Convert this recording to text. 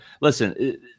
listen